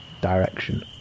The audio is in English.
direction